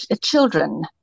children